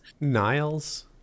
Niles